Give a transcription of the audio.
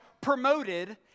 promoted